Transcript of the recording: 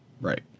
Right